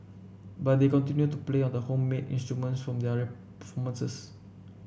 but they continue to play on the homemade instruments for their performances